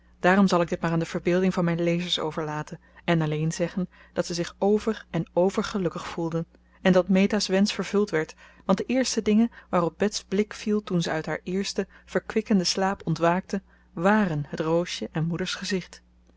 daarom zal ik dit maar aan de verbeelding van mijn lezers overlaten en alleen zeggen dat ze zich ver en vergelukkig voelden en dat meta's wensch vervuld werd want de eerste dingen waarop bets blik viel toen ze uit haar eersten verkwikkenden slaap ontwaakte waren het roosje en moeders gezicht